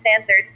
answered